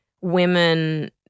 women